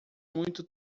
muito